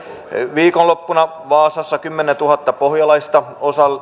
viikonloppuna vaasassa kymmenentuhatta pohjalaista